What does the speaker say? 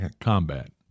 combat